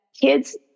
kids